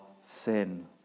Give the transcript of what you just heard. sin